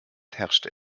herrschte